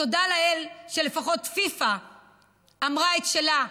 תודה לאל שלפחות פיפ"א אמרה את שלה,